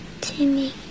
Timmy